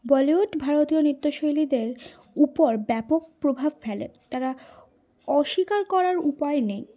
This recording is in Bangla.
বলিউড ভারতীয় নৃত্যশৈলীদের উপর ব্যাপক প্রভাব ফেলে তারা অস্বীকার করার উপায় নেই